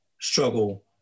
struggle